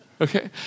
Okay